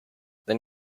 then